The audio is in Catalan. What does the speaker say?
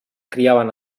criaven